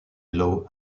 law